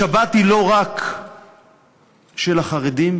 השבת היא לא רק של החרדים,